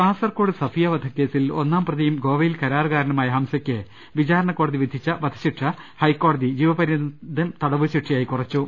കാസർകോട് സഫിയ വധക്കേസിൽ ഒന്നാം പ്രതിയും ഗോവ യിൽ കാരാറുകാരനുമായ ഹംസക്ക് വിചാരണ കോടതി വിധിച്ച വധ ശിക്ഷ ഹൈക്കോടതി ജീവപര്യന്തം തടവായി കുറച്ചു